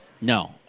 No